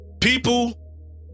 People